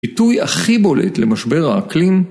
פיתוי הכי בולט למשבר האקלים